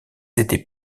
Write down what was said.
étaient